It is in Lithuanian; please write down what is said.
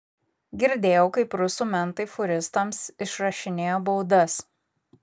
girdėjau kaip rusų mentai fūristams išrašinėja baudas